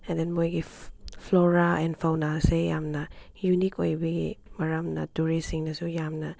and then ꯃꯣꯏꯒꯤ flora and ꯐꯥꯎꯅꯥꯁꯦ ꯌꯥꯝꯅ ꯌꯨꯅꯤꯛ ꯑꯣꯏꯕꯒꯤ ꯃꯔꯝꯅ ꯇꯨꯔꯤꯁꯁꯤꯡꯅꯁꯨ ꯌꯥꯝꯅ